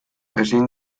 ezin